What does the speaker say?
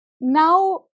now